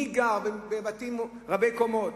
מי גר בבתים רבי-קומות?